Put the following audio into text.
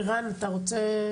ערן, אתה רוצה